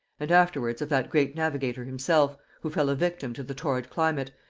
and afterwards of that great navigator himself, who fell a victim to the torrid climate,